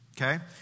Okay